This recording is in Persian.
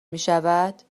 میشود